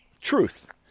truth